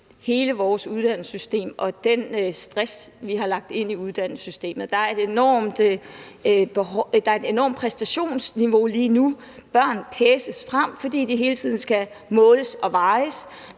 hele vores uddannelsessystem med den stress, vi har lagt ind i uddannelsessystemet. Der er et enormt præstationsniveau lige nu. Børn paces frem, fordi de hele tiden skal måles og vejes,